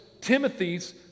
Timothy's